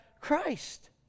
Christ